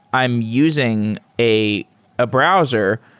i'm using a ah browser.